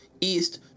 east